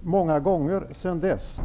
många gånger sedan dess.